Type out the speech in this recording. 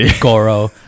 Goro